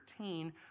13